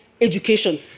education